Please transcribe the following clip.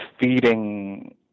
feeding